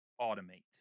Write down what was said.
automate